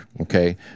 okay